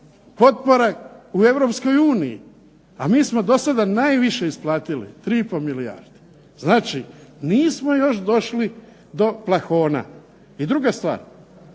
Europskoj uniji. A mi smo do sada najviše isplatili 3,5 milijarde. Znači nismo još došli do plafona. I druga stvar,